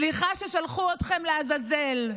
סליחה ששלחו אתכם לעזאזל.